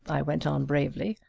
i went on bravely,